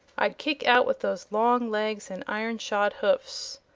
i'd kick out with those long legs and iron-shod hoofs.